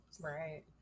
right